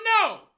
no